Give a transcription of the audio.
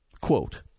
quote